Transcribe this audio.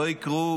לא יקראו